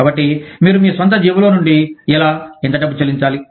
కాబట్టి మీరు మీ స్వంత జేబులో నుండి ఎలా ఎంత డబ్బు చెల్లించాలి